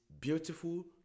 beautiful